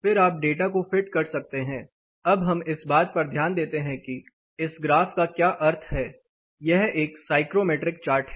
फिर आप डेटा को फिट कर सकते हैं अब हम इस बात पर ध्यान देते हैं कि इस ग्राफ़ का क्या अर्थ है यह एक साइक्रोमेट्रिक चार्ट है